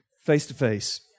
Face-to-face